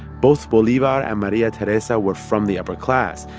both bolivar and maria teresa were from the upper class,